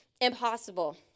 impossible